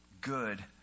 good